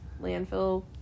landfill